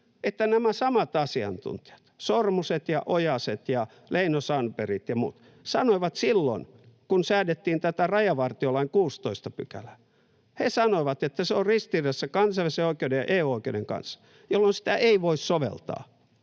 että nämä samat asiantuntijat, sormuset ja ojaset ja leinosandbergit ja muut, sanoivat silloin, kun säädettiin tätä rajavartiolain 16 §:ää, että se on ristiriidassa kansainvälisen oikeuden ja EU-oikeuden kanssa, jolloin sitä ei voi soveltaa.